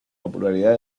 popularidad